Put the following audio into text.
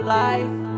life